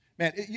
Man